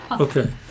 Okay